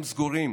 הם סגורים